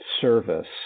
service